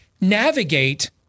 navigate